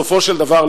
בסופו של דבר,